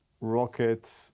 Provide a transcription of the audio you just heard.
rocket